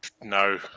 no